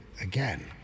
again